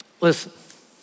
Listen